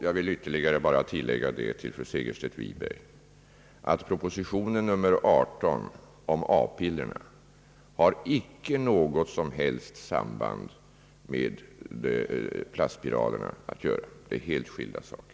Jag vill ytterligare bara säga till fru Segerstedt Wiberg att propositionen nr 18 om a-pillerna icke har något som helst samband med frågan om plastspiralerna. Det är helt skilda saker.